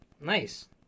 Nice